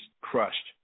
crushed